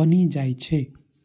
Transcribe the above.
बनि जाइ छै